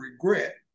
regret